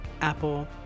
Apple